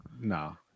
no